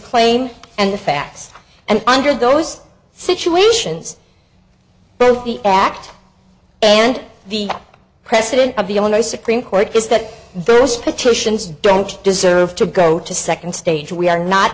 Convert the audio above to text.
claim and the facts and under those situations both the act and the president of the illinois supreme court is that there is petitions don't deserve to go to second stage we are not